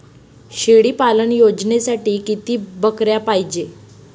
शेळी पालन योजनेसाठी किती बकऱ्या पायजे?